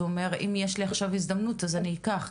אז הוא אומר אם יש לי עכשיו הזדמנות אז אני אקח,